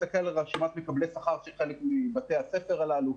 תסתכל על רשימת מקבלי השכר של חלק מבתי הספר הללו.